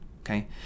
okay